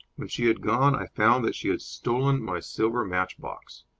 when she had gone i found that she had stolen my silver matchbox.